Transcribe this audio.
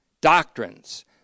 doctrines